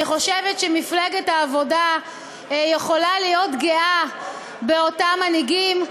אני חושבת שמפלגת העבודה יכולה להיות גאה באותם מנהיגים.